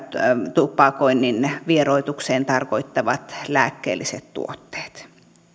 tupakoinnin vieroitukseen tarkoitettavat lääkkeelliset tuotteet